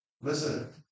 Listen